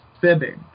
fibbing